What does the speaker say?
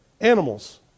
Animals